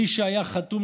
מי שהיה חתום,